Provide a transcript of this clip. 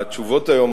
התשובות היום,